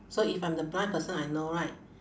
so if I'm the blind person I know right